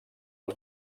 als